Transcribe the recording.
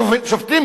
שופטים